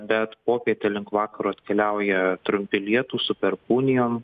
bet popietę link vakaro atkeliauja trumpi lietūs su perkūnijom